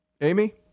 Amy